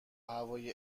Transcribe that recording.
هوای